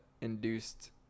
induced